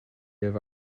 have